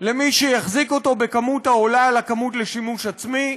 למי שיחזיק אותו בכמות העולה על הכמות לשימוש עצמי,